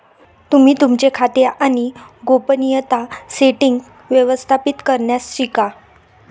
तुम्ही तुमचे खाते आणि गोपनीयता सेटीन्ग्स व्यवस्थापित करण्यास शिका